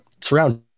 surround